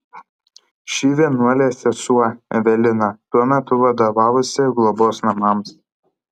ši vienuolė sesuo evelina tuo metu vadovavusi globos namams